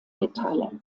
metalle